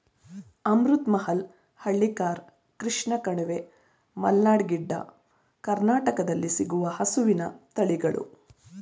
ಅಮೃತ್ ಮಹಲ್, ಹಳ್ಳಿಕಾರ್, ಕೃಷ್ಣ ಕಣಿವೆ, ಮಲ್ನಾಡ್ ಗಿಡ್ಡ, ಕರ್ನಾಟಕದಲ್ಲಿ ಸಿಗುವ ಹಸುವಿನ ತಳಿಗಳು